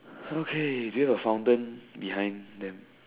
okay do you have fountain behind them